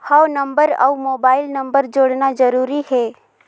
हव नंबर अउ mobile number जोड़ना जरूरी हे?